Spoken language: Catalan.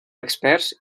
experts